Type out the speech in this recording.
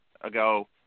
ago